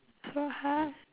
so hard